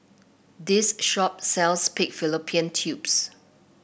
this shop sells Pig Fallopian Tubes